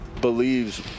believes